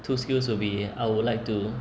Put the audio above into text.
two skills will be I would like to